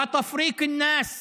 ופיזור אנשים